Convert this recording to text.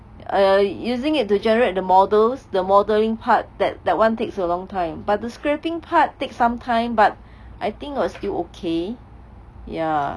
err using it to generate the models the modeling part that that [one] takes a long time but the scrapping part takes some time but I think was still okay ya